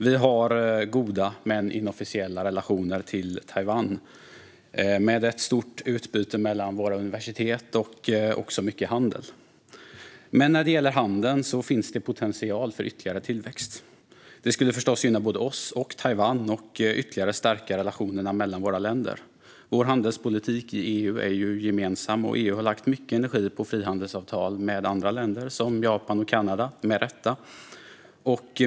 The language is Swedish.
Vi har goda men inofficiella relationer till Taiwan, med ett stort utbyte mellan våra universitet men också mycket handel. När det gäller handeln finns potential för ytterligare tillväxt. Detta skulle förstås gynna både oss och Taiwan och ytterligare stärka relationerna mellan våra länder. Vår handelspolitik i EU är gemensam, och EU har lagt mycket energi på frihandelsavtal med andra länder, som Japan och Kanada, med rätta.